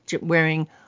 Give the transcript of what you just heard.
wearing